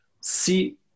see